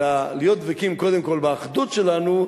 אלא להיות דבקים קודם כול באחדות שלנו,